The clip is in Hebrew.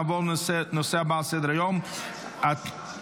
נעבור לנושא הבא על סדר-היום ------ כן,